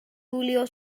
julio